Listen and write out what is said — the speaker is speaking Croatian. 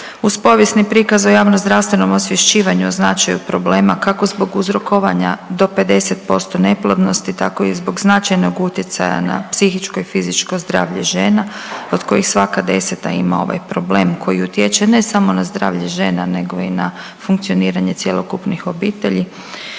uz povijesni prikaz o javnozdravstvenom osvješćivanju o značaju problema kako zbog uzrokovanja do 50% neplodnosti, tako i zbog značajnog utjecaja na psihičko i fizičko zdravlje žena od kojih svaka 10. ima ovaj problem koji utječe ne samo na zdravlje žena nego i na funkcioniranje cjelokupnih obitelji